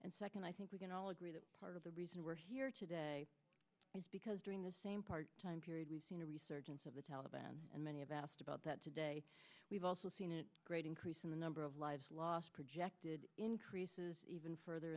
and second i think we can all agree that part of the reason we're here today is because during the same part time period we've seen a resurgence of the taliban and many of asked about that today we've also seen a great increase in the number of lives lost projected increases even further